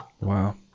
Wow